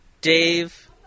Dave